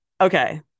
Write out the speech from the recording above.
Okay